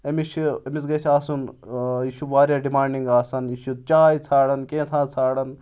أمِس چھِ أمِس گژھِ آسُن یہِ چھُ واریاہ ڈِمانڈِنٛگ آسان یہِ چھُ چاے ژھانڑان کینٛہہ ژھانڑان